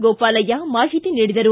ಗೋಪಾಲಯ್ಯ ಮಾಹಿತಿ ನೀಡಿದರು